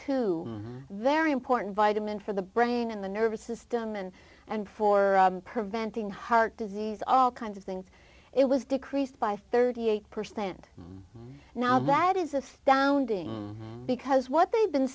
two very important vitamin for the brain in the nervous system and and for preventing heart disease all kinds of things it was decreased by thirty eight percent now that is astounding because what they've been